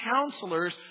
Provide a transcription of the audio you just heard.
counselors